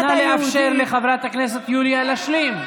נא לאפשר לחברת הכנסת יוליה להשלים,